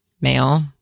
male